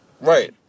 Right